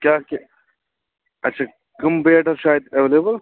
کیٛاہ کیٛاہ اچھا کَم بیٹ حظ چھِ اَتہِ ایٚولیبُل